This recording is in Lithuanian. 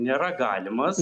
nėra galimas